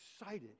excited